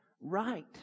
right